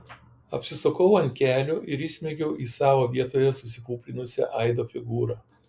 apsisukau ant kelių ir įsmeigiau į savo vietoje susikūprinusią aido figūrą